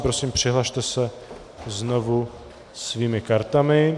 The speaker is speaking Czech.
Prosím, přihlaste se znova svými kartami.